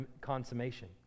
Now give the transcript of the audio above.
consummation